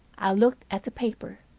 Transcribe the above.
i looked at the paper.